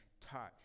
taught